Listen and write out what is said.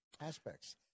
aspects